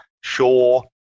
sure